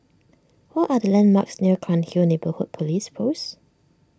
what are the landmarks near Cairnhill Neighbourhood Police Post